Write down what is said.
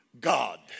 God